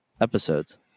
episodes